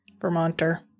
Vermonter